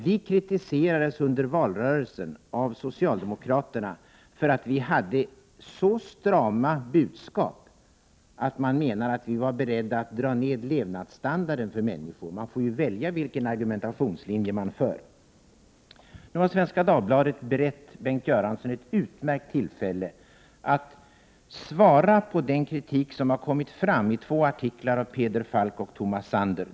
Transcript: Vi kritiserades under valrörelsen av socialdemokraterna för att vi hade så strama budskap att man menade att vi var beredda att dra ner levnadsstandarden för människor. Man får väl ändå välja vilken argumentationslinje man för. Nu har Svenska Dagbladet berett Bengt Göransson ett utmärkt tillfälle att svara på den kritik som har kommit fram i två artiklar av Peder Falk och Tomas Sander.